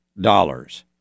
dollars